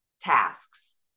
tasks